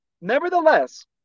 nevertheless